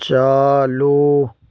چالو